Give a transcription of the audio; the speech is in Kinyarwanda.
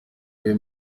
uyu